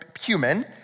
human